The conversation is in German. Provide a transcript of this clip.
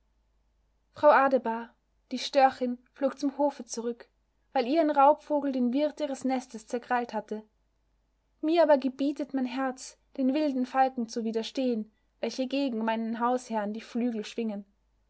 frau adebar die störchin flog zum hofe zurück weil ihr ein raubvogel den wirt ihres nestes zerkrallt hatte mir aber gebietet mein herz den wilden falken zu widerstehen welche gegen meinen hausherrn die flügel schwingen